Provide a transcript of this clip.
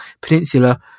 peninsula